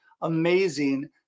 amazing